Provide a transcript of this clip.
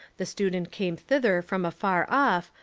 the student came thither from afar off,